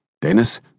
Dennis